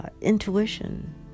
Intuition